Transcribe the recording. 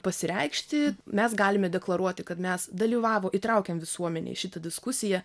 pasireikšti mes galime deklaruoti kad mes dalyvavo įtraukėm visuomenę į šitą diskusiją